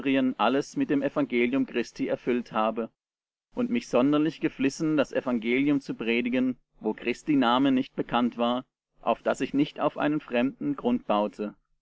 alles mit dem evangelium christi erfüllt habe und mich sonderlich geflissen das evangelium zu predigen wo christi name nicht bekannt war auf daß ich nicht auf einen fremden grund baute